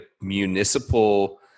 municipal